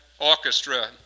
orchestra